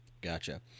Gotcha